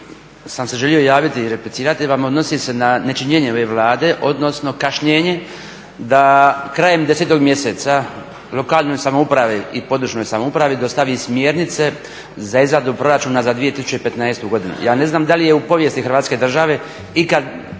sam se želio javiti i replicirati vam odnosi se na nečinjenje ove Vlade, odnosno kašnjenje da krajem 10. mjeseca lokalnoj samoupravi i područnoj samoupravi dostavi smjernice za izradu proračuna za 2015. godinu. Ja ne znam da li je u povijesti Hrvatske države ikad